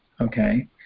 okay